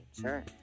Sure